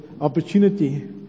opportunity